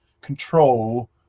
control